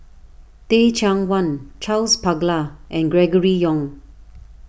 Teh Cheang Wan Charles Paglar and Gregory Yong